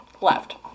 Left